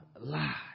lie